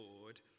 Lord